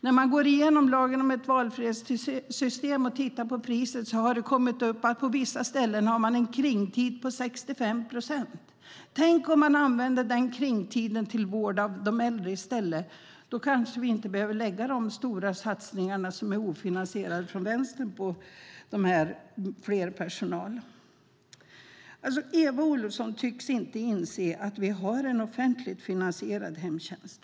När man går igenom hur det är efter lagen om valfrihetssystem och tittar på priset har det kommit fram att man på vissa ställen har en kringtid på 65 procent. Tänk om man i stället använde den kringtiden till vård av äldre! Då kanske vi inte behövde göra de stora ofinansierade satsningarna från Vänstern på mer personal. Eva Olofsson tycks inte inse att vi har en offentligt finansierad hemtjänst.